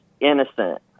innocent